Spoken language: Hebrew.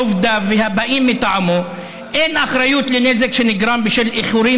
עובדיו והבאים מטעמו אין אחריות לנזק שנגרם בשל איחורים